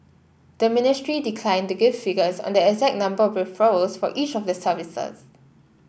the ministry declined to give figures on the exact number of referrals for each of the services